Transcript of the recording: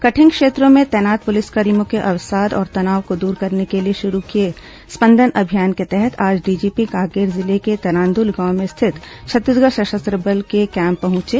कठिन क्षेत्रों में तैनात पुलिसकर्मियों के अवसाद और तनाव को दूर करने के लिए शुरू किए स्पंदन अभियान के तहत आज डीजीपी कांकेर जिले के तरांदुल गांव में स्थित छत्तीसगढ़ सशस्त्र बल के कैम्प पहुंचे